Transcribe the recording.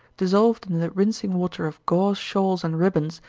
dissolved in the rinsing water of gauze shawls and ribbons,